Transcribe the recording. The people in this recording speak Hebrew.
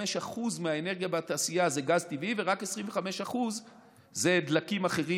75% מהאנרגיה בתעשייה זה גז טבעי ורק 25% זה דלקים אחרים,